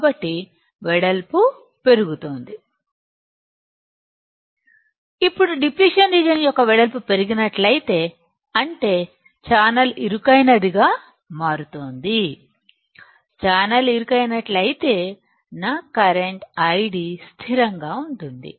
కాబట్టి వెడల్పు పెరుగుతోంది ఇప్పుడు డిప్లిషన్ రీజియన్ యొక్క వెడల్పు పెరుగుతున్నట్లయితే అంటే ఛానల్ ఇరుకైనదిగా మారుతోంది ఛానల్ ఇరుకైనట్లయితే నా కరెంటు ID స్థిరంగా ఉంటుంది